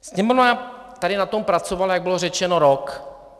Sněmovna tady na tom pracovala, jak bylo řečeno, rok.